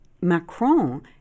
Macron